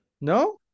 No